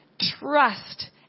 trust